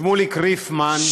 שמוליק ריפמן,